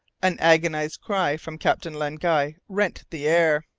an agonized cry from captain len guy rent the air!